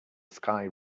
sky